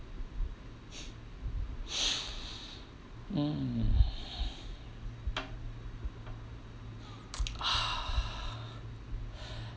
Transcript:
hmm